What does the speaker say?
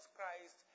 Christ